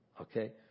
Okay